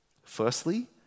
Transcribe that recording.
Firstly